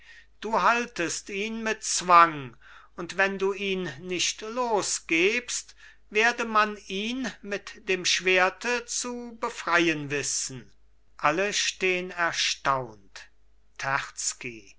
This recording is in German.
du haltest ihn mit zwang und wenn du ihn nicht losgebst werde man ihn mit dem schwerte zu befreien wissen alle stehn erstaunt